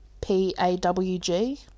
P-A-W-G